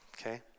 okay